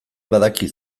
badaki